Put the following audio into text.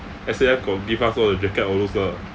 S_A_F got give us all the jacket all those lah